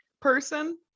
person